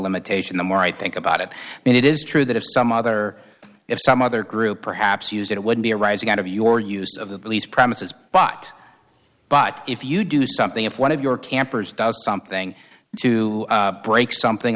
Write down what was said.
limitation the more i think about it and it is true that if some other if some other group perhaps used it it would be arising out of your use of the police premises but but if you do something if one of your campers does something to break something